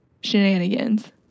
shenanigans